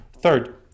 Third